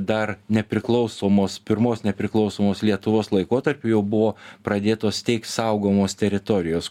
dar nepriklausomos pirmos nepriklausomos lietuvos laikotarpiu jau buvo pradėtos steigt saugomos teritorijos